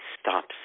stops